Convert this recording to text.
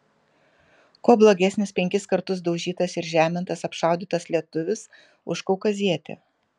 kuo blogesnis penkis kartus daužytas ir žemintas apšaudytas lietuvis už kaukazietį